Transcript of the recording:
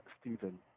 Stephen